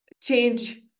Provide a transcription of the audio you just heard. change